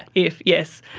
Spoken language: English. if, yes.